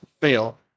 fail